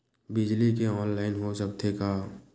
बिजली के ऑनलाइन हो सकथे का?